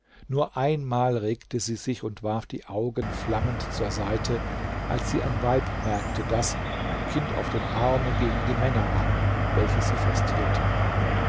nur einmal regte sie sich und warf die augen flammend zur seite als sie ein weib merkte das ein kind auf dem arme gegen die männer rang welche sie festhielten